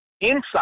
inside